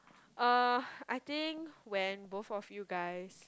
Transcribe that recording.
uh I think when both of you guys